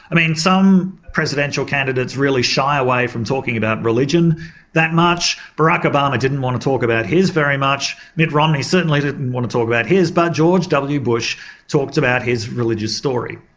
i mean, some presidential candidates really shy away from talking about religion that much. barack obama didn't want to talk about his very much, mitt romney certainly didn't and want to talk about his, but george w bush talked about his religious story.